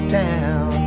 down